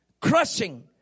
crushing